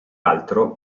altro